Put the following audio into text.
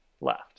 left